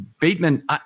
Bateman